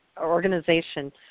organization